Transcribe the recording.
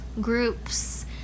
groups